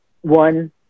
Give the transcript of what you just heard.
one